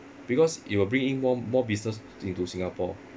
because it will bring in more more business into Singapore